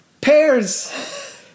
Pears